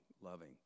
loving